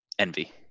Envy